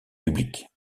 publics